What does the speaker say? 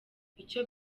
icyo